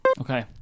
Okay